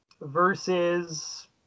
versus